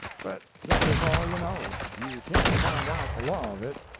but that is all you know you can't find out the law of it.